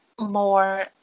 more